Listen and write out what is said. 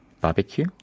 barbecue